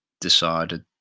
decided